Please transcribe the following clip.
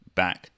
back